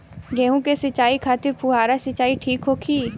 गेहूँ के सिंचाई खातिर फुहारा सिंचाई ठीक होखि?